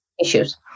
issues